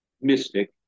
mystic